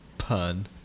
Pun